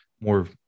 more